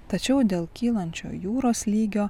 tačiau dėl kylančio jūros lygio